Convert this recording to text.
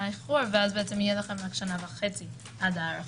איחור ואז תהיה לכם שנה וחצי עד ההארכה.